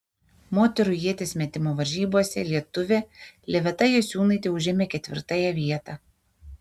moterų ieties metimo varžybose lietuvė liveta jasiūnaitė užėmė ketvirtąją vietą